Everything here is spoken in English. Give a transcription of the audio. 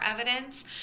evidence